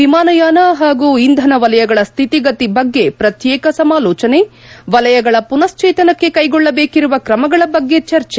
ವಿಮಾನಯಾನ ಮತ್ತು ಇಂಧನ ವಲಯಗಳ ಸ್ಥಿತಿಗತಿ ಬಗ್ಗೆ ಪ್ರತ್ಯೇಕ ಸಮಾಲೋಚನೆ ವಲಯಗಳ ಪುನಃಶ್ಚೇತನಕ್ಕೆ ಕೈಗೊಳ್ಳಬೇಕಿರುವ ಕ್ರಮಗಳ ಬಗ್ಗೆ ಚರ್ಚೆ